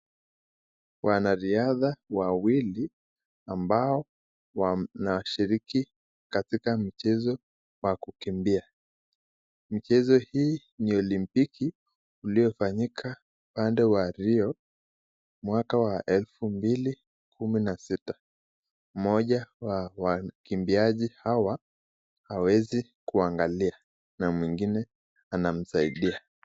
Wanariandha wawili ambao wanashiriki katika michezo wa kukimbia. Michezo hii ni olimpiki uliofanyika upande wa Rio mwaka wa 2016. Mmoja wa wakimbiaji hawa hawezi kuangalia na mwengine anamsaidia.